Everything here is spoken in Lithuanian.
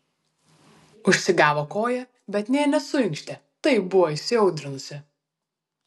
užsigavo koją bet nė nesuinkštė taip buvo įsiaudrinusi